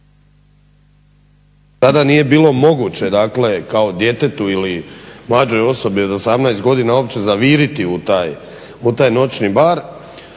Tada nije bilo moguće, dakle kao djetetu ili mlađoj osobi od 18 godina uopće zaviriti u taj noćni bar.